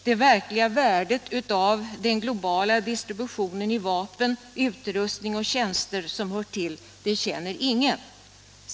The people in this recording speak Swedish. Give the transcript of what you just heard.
Det verkliga värdet av den globala distributionen av vapen, utrustning och tjänster som hör till känner ingen.